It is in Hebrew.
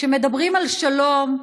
כשמדברים על שלום,